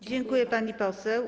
Dziękuję, pani poseł.